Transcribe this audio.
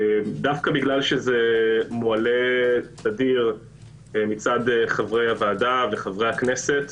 דווקא משום שזה מועלה תדיר מצד חברי הוועדה וחברי הכנסת,